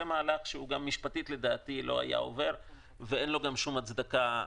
זה מהלך שגם משפטית לא היה עובר ואין לו גם שום הצדקה.